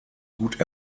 gut